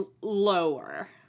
lower